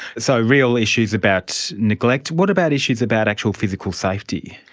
so real issues about neglect. what about issues about actual physical safety?